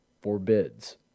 forbids